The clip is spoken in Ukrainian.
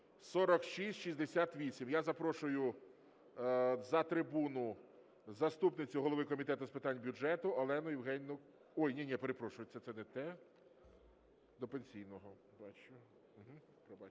(4668). Я запрошую за трибуну заступницю голови Комітету з питань бюджету Олену Євгенівну... Ні-ні, я перепрошую, це не те. До пенсійного, бачу. Пробачте,